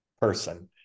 person